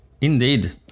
indeed